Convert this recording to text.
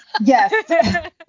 Yes